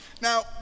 Now